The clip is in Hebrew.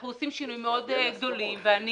אנחנו עושים שינויים מאוד גדולים ואני